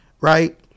right